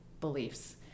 beliefs